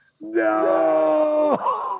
No